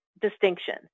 distinction